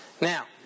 Now